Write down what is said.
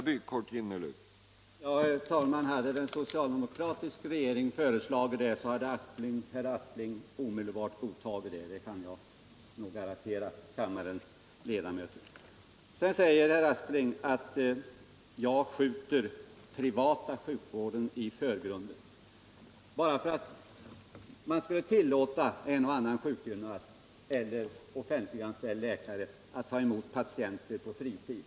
Herr talman! Om en socialdemokratisk regering hade föreslagit det, så kan jag nästan garantera kammarens ledamöter att herr Aspling hade godtagit det. Sedan säger herr Aspling att jag skjuter den privata sjukvården i förgrunden — bara för att vi vill tillåta en och annan sjukgymnast eller offentligt anställd läkare att ta emot patienter på fritiden.